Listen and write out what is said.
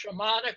shamanic